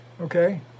okay